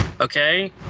Okay